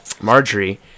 Marjorie